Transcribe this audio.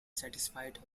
satisfied